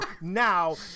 now